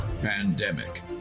Pandemic